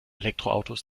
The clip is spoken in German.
elektroautos